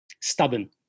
stubborn